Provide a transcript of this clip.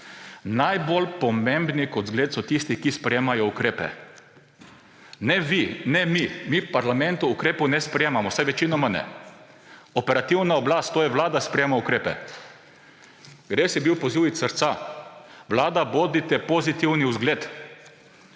Najbolj pomembni kot zgled so tisti, ki sprejemajo ukrepe. Ne vi ne mi, mi v parlamentu ukrepov ne sprejemamo, vsaj večinoma ne; operativna oblast, to je vlada, sprejema ukrepe. Res je bil poziv iz srca. Vlada, bodite pozitivni vzgled.